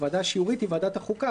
הוועדה השיורית היא ועדת החוקה,